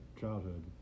childhood